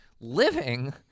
living